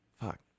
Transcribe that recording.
Fuck